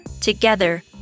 Together